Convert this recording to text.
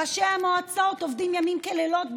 ראשי המועצות עובדים לילות כימים,